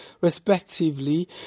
respectively